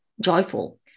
joyful